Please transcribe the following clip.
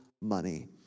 money